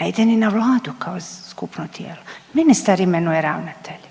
ne ide ni na vladu kao skupno tijelo, ministar imenuje ravnatelje.